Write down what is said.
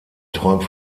träumt